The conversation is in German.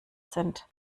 sind